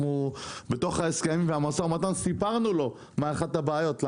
אנחנו בתוך ההסכמים והמשא ומתן סיפרנו לו מה אחת הבעיות.